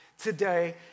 today